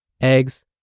eggs